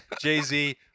Jay-Z